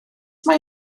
mae